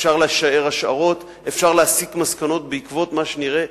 אפשר לשער השערות ואפשר להסיק מסקנות בעקבות מה שנראה,